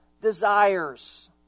desires